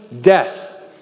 death